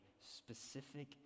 specific